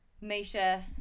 Misha